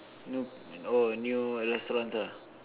new oh new restaurants ah